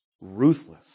ruthless